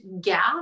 gap